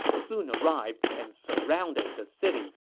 soon arrived and surrounded the city